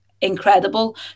incredible